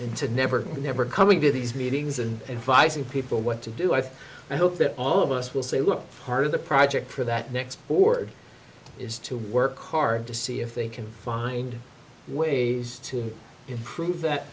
into never never coming to these meetings and advising people what to do i think i hope that all of us will say look part of the project for that next board is to work hard to see if they can find ways to improve that